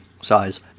size